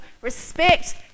respect